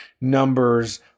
numbers